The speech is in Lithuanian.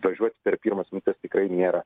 važiuot per pirmas minutes tikrai nėra